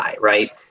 right